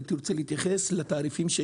הייתי רוצה להתייחס לתעריפים.